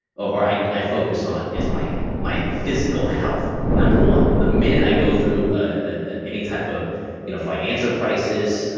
or i i focus on is my my physical health, number one. the minute i go through ah any type of you know financial crisis,